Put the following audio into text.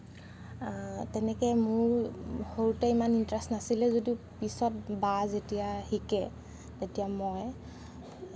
তেনেকৈ মোৰ সৰুতে ইমান ইণ্টাৰেষ্ট নাছিলে যদিও পিছত বা যেতিয়া শিকে তেতিয়া মই